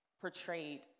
portrayed